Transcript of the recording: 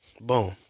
Boom